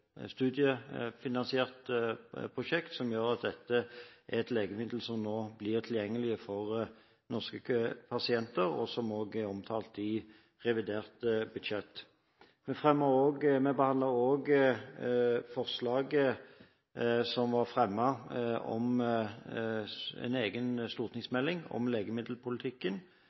prosjekt, som gjør at dette er et legemiddel som nå blir tilgjengelig for norske pasienter. Det er også omtalt i revidert budsjett. Vi behandler også forslaget som var fremmet om en egen stortingsmelding om legemiddelpolitikken,